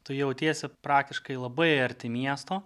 tu jautiesi praktiškai labai arti miesto